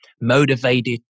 motivated